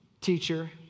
teacher